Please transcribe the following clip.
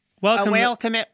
welcome